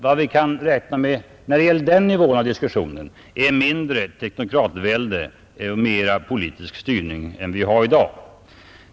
Vad vi kan räkna på den nivån av diskussionen är mindre teknokratvälde, mera politisk styrning, än vi har i dag.